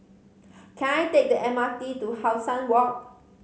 can I take the M R T to How Sun Walk